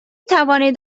توانید